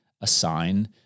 assign